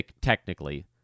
technically